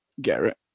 Garrett